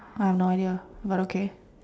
I have no idea but okay